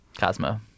Cosmo